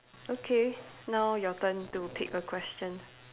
okay now your turn to pick a question